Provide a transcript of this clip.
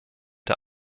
der